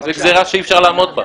זו גזירה שאי אפשר לעמוד בה.